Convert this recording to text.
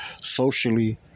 Socially